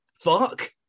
fuck